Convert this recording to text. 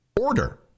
order